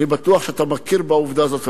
אני בטוח שאתה מכיר בעובדה הזאת,